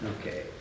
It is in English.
Okay